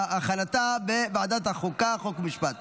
2024, לוועדת החוקה, חוק ומשפט